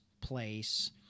place